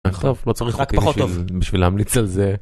רק פחות טוב, לא צריך עוקבים בשביל להמליץ על זה.